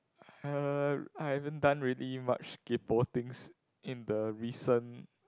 uh I haven't done really much kaypoh things in the recent